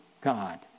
God